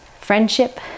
friendship